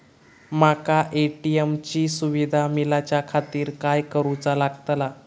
माका ए.टी.एम ची सुविधा मेलाच्याखातिर काय करूचा लागतला?